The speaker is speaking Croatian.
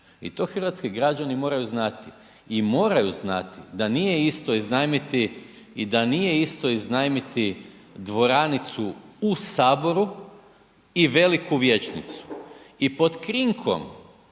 i to hrvatski građani moraju znati i moraju znati da nije isto iznajmiti i da nije isto iznajmiti dvoranicu u Saboru i veliku vijećnicu i pod krinkom